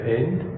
end